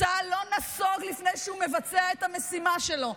צה"ל לא נסוג לפני שהוא מבצע את המשימה שלו.